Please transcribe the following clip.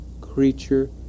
creature